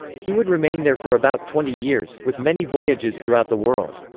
he would remain there for about twenty years, with many voyages throughout the world.